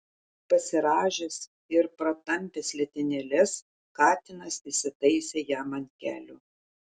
pasirąžęs ir pratampęs letenėles katinas įsitaisė jam ant kelių